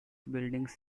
buildings